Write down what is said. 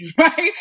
right